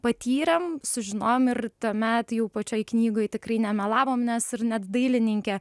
patyrėm sužinojom ir tuomet jau pačioj knygoj tikrai nemelavom nes ir net dailininkė